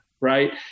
right